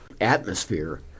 atmosphere